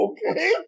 Okay